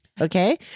Okay